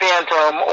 Phantom